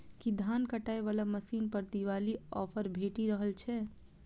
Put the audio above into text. की धान काटय वला मशीन पर दिवाली ऑफर भेटि रहल छै?